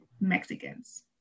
mexicans